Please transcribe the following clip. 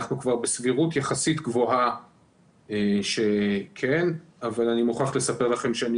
אנחנו כבר בסבירות יחסית גבוהה שכן אבל אני מוכרח לספר לכם שאני